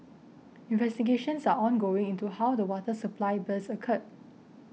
investigations are ongoing into how the water supply burst occurred